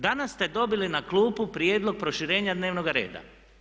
Danas ste dobili na klupu prijedlog proširenja dnevnoga reda.